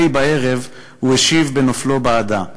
אי בערב,/ הוא השיב בנופלו בעדה".